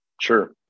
Sure